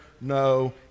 no